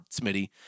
Smitty